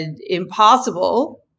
impossible